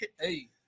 hey